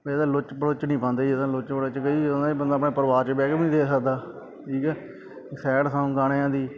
ਜਿੱਦਾਂ ਲੁਚ ਬਲੁੱਚ ਨਹੀਂ ਪਾਉਂਦੇ ਜਿੱਦਾਂ ਲੁਚ ਬਲੁੱਚ ਕਈ ਬੰਦਾ ਆਪਣੇ ਪਰਿਵਾਰ 'ਚ ਬਹਿ ਕੇ ਵੀ ਨਹੀਂ ਦੇਖ ਸਕਦਾ ਠੀਕ ਹੈ ਸੈਡ ਸੌਂਗ ਗਾਣਿਆਂ ਦੀ